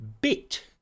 bit